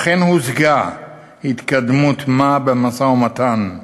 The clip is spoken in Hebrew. אכן הושגה התקדמות-מה במשא-ומתן,